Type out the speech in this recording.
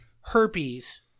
herpes